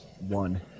one